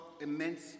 immense